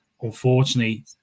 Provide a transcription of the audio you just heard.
unfortunately